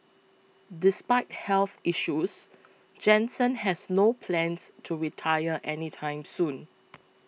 despite health issues Jansen has no plans to retire any time soon